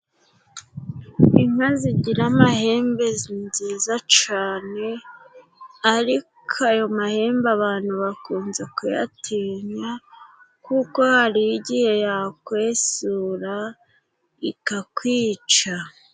Inka zigira amahembe nziza cane, ariko ayo mahembe abantu bakunze kuyatinya ,kuko hari igihe yakwesura ikakwica.